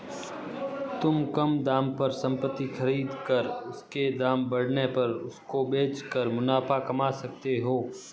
तुम कम दाम पर संपत्ति खरीद कर उसके दाम बढ़ने पर उसको बेच कर मुनाफा कमा सकते हो